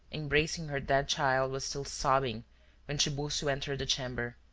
embracing her dead child, was still sobbing when tiburcio entered the chamber.